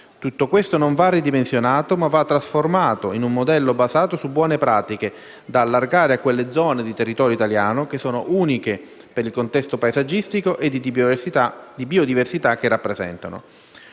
Tutto questo non va ridimensionato, ma va trasformato in un modello basato su buone pratiche da allargare a quelle zone di territorio italiano che sono uniche per il contesto paesaggistico e di biodiversità che rappresentano.